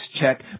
check